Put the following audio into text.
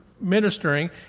ministering